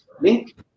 link